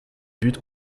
but